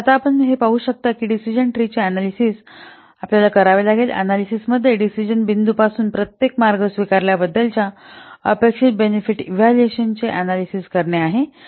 तर आता आपण हे पाहू शकता की डिसिजन ट्रीचे अनॅलिसिस आपल्याकडे करावे लागेल अनॅलिसिस मध्ये डिसिजन बिंदू डीपासून प्रत्येक मार्ग स्वीकारल्याबद्दलच्या अपेक्षित बेनिफिट इव्हॅल्युएशनचे अनॅलिसिस करणे आहे